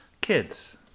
Kids